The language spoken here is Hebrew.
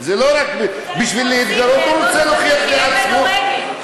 צריך להפסיק ליידות אבנים צריך להפסיק,